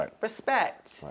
respect